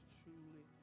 truly